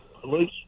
police